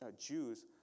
Jews